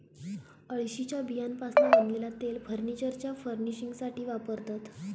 अळशीच्या बियांपासना बनलेला तेल फर्नीचरच्या फर्निशिंगसाथी वापरतत